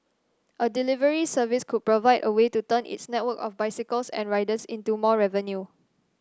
a delivery service could provide a way to turn its network of bicycles and riders into more revenue